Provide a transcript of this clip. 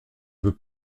veux